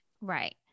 Right